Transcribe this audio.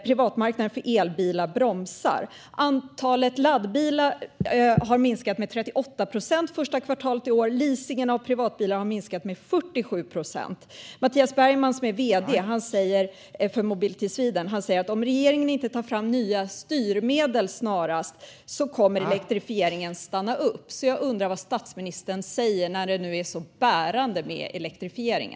Privatmarknaden för elbilar bromsar. Antalet nya laddbilar har minskat med 38 procent under första kvartalet i år. Och leasingen av privatbilar har minskat med 47 procent. Mattias Bergman, som är vd för Mobility Sweden, säger att om regeringen inte snarast tar fram nya styrmedel kommer elektrifieringen att stanna upp. Jag undrar vad statsministern säger om det, när elektrifieringen nu är så bärande.